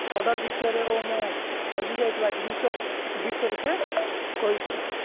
order ବିଷୟରେ ଓ ମୁଁ ହଜିଯାଇଥିବା ଜିନିଷ ବିଷୟରେ ସେ କହିଛି